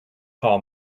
call